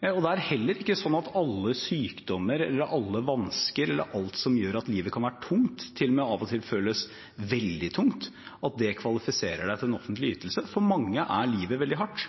Det er heller ikke sånn at alle sykdommer, eller alle vansker eller alt som gjør at livet kan være tungt – til og med av og til føles veldig tungt – kvalifiserer til en offentlig ytelse. For mange er livet veldig hardt.